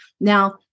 Now